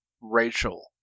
Rachel